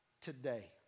today